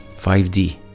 5d